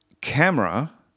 camera